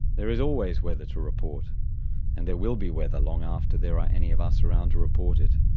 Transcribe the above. there is always weather to report and there will be weather long after there are any of us around to report it.